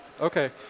Okay